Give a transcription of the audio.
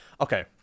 Okay